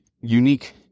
unique